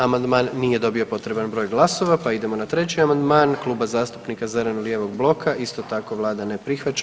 Amandman nije dobio potreban broj glasova pa idemo na 3. amandman Kluba zastupnika zeleno-lijevog bloka, isto tako Vlada ne prihvaća.